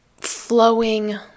flowing